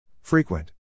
Frequent